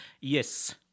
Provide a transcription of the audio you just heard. Yes